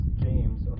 James